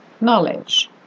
knowledge